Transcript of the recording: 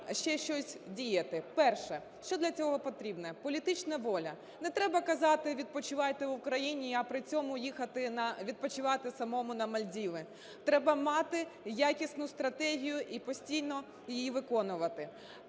ще щось діяти. Перше. Що для цього потрібно? Політична воля. Не треба казати "відпочивайте в Україні", а при цьому їхати відпочивати самому на Мальдіви. Треба мати якісну стратегію і постійно її виконувати.